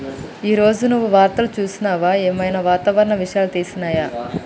ఈ రోజు నువ్వు వార్తలు చూసినవా? ఏం ఐనా వాతావరణ విషయాలు తెలిసినయా?